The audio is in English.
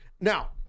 Now